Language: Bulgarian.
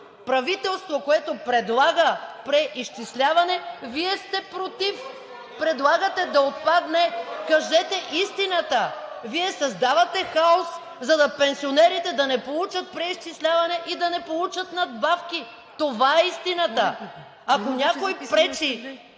правителство, което предлага преизчисляване, Вие сте против и предлагате да отпадне. Кажете истината! Вие създавате хаос пенсионерите да не получат преизчисляване и да не получат надбавки. Това е истината! Ако някой пречи